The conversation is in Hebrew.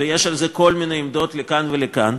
ויש על זה כל מיני עמדות לכאן ולכאן.